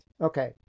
okay